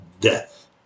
death